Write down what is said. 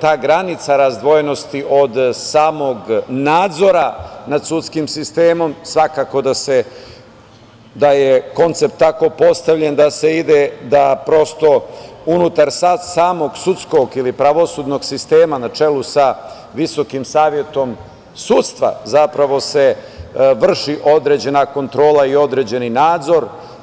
ta granica razdvojenosti od samog nadzora nad sudskim sistemom, svakako da je koncept tako postavljen da se ide da prosto unutar samog sudskog ili pravosudnog sistema, na čelu sa VSS, zapravo se vrši određena kontrola i određeni nadzor.